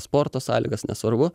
sporto sąlygas nesvarbu